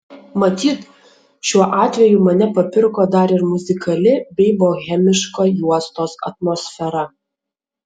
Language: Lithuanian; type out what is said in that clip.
matyt šiuo atveju mane papirko dar ir muzikali bei bohemiška juostos atmosfera